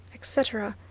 etc,